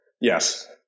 yes